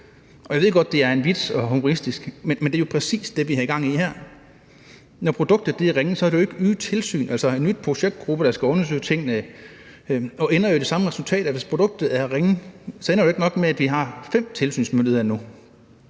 Jeg ved godt, det er en vits og humoristisk, men det er jo præcis det, vi har gang i her. Når produktet er ringe, er det jo ikke nye tilsyn eller en ny projektgruppe, der skal undersøge tingene, og det ender jo i det samme resultat: at hvis produktet er ringe, er det jo ikke nok, at vi har fem tilsynsmyndigheder.